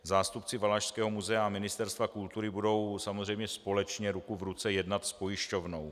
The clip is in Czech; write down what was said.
Zástupci Valašského muzea a Ministerstva kultury budou samozřejmě společně ruku v ruce jednat s pojišťovnou.